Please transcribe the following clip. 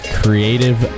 creative